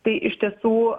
tai iš tiesų